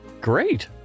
great